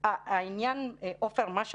העניין של